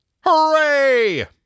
Hooray